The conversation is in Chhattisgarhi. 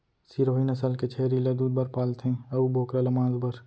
सिरोही नसल के छेरी ल दूद बर पालथें अउ बोकरा ल मांस बर